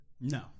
No